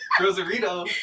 Rosarito